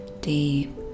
deep